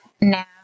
now